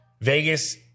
Vegas